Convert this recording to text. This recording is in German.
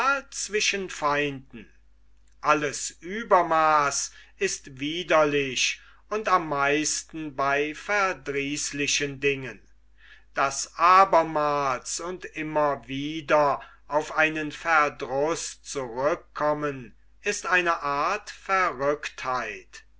zwischen feinden alles uebermaaß ist widerlich und am meisten bei verdrießlichen dingen das abermals und immer wieder auf einen verdruß zurückkommen ist eine art verrücktheit